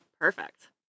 Perfect